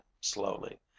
slowly